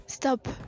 Stop